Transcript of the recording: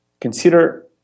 consider